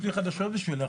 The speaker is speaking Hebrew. יש לי חדשות בשבילך.